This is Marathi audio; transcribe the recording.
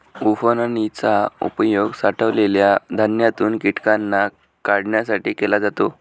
उफणनी चा उपयोग साठवलेल्या धान्यातून कीटकांना काढण्यासाठी केला जातो